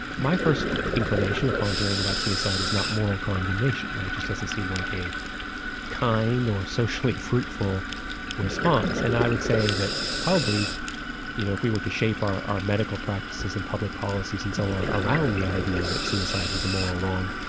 my first inclination upon hearing about suicide is not moral condemnation, it just doesn't seem like a kind or socially fruitful response, and i would say that probably you know if we were to shape our our medical practices and public policies and so on around the idea that suicide is a moral wrong,